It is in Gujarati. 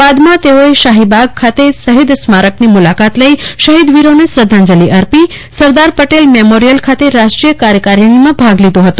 બાદમાં તેઓએ શાહીબાગ ખાતે શહીદ સ્મારકની મુલાકાત લઇ શહીદવીરોને શ્રદ્ધાંજલિ અર્પી સરદાર પટેલ મેમોરિયલ ખાતે રાષ્ટ્રીય કાર્યકારીજીમાં ભાગ લીધો હતો